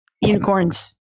unicorns